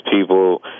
people